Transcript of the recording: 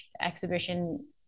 exhibition